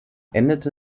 endete